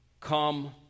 Come